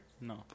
No